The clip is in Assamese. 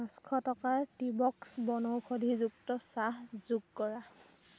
পাঁচশ টকাৰ টি বক্স বনৌষধিযুক্ত চাহ যোগ কৰা